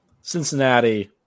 Cincinnati